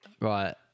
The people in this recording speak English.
Right